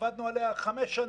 עבדנו עליה חמש שנים,